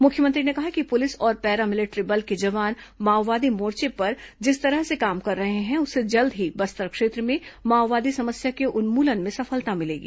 मुख्यमंत्री ने कहा कि पुलिस और पैरा मिलिट्री बल के जवान माओवादी मोर्चे पर जिस तरह से काम कर रहे हैं उससे जल्द ही बस्तर क्षेत्र में माओवादी समस्या के उन्मूलन में सफलता मिलेगी